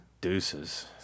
Deuces